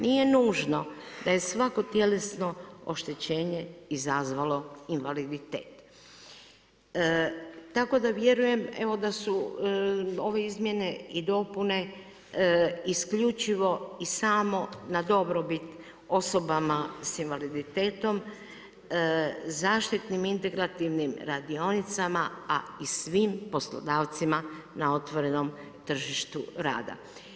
Nije nužno da je svako tjelesno oštećenje izazvalo invaliditet, tako da vjerujem evo da su ove izmjene i dopune isključivo i samo na dobrobit osobama sa invaliditetom, zaštitnim integrativnim radionicama a i svim poslodavcima na otvorenom tržištu rada.